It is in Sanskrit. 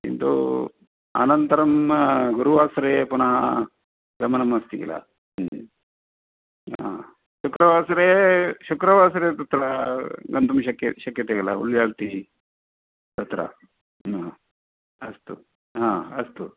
किन्तु अनन्तरं गुरुवासरे पुनः गमनमस्ति खिल हा शुक्रवासरे शुक्रवासरे तत्र गन्तुं शक्य शक्यते खिल उल्याळ्ति आ तत्र अस्तु आ अस्तु